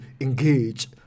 engage